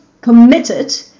committed